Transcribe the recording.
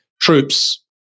troops